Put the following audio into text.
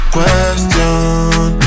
Question